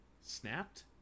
Snapped